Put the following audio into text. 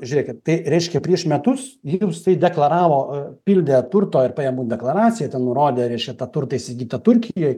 žiūrėkit tai reiškia prieš metus jums tai deklaravo pildė turto ir pajamų deklaracijoj ten nurodė reiškia tą turtą įsigytą turkijoj